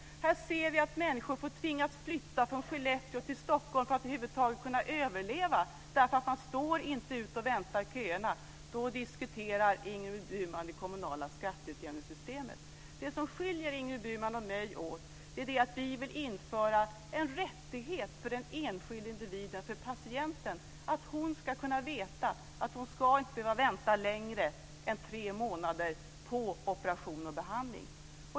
Här ser vi att människor tvingas flytta från Skellefteå till Stockholm för att över huvud taget kunna överleva, därför att man inte står ut med att vänta i köerna. Då diskuterar Ingrid Burman det kommunala skatteutjämningssystemet. Det som skiljer Ingrid Burman och mig åt är att vi vill införa en rättighet för den enskilde individen, för patienten, att hon ska kunna veta att hon inte ska behöva vänta längre än tre månader på operation och behandling.